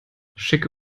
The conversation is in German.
schicke